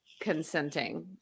consenting